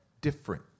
different